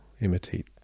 imitate